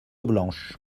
blanche